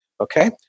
Okay